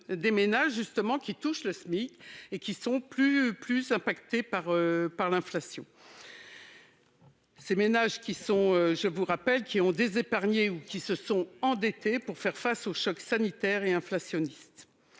qui touchent le SMIC, et qui sont plus impactés par l'inflation. Je rappelle que ces ménages ont désépargné ou se sont endettés pour faire face au choc sanitaire et inflationniste.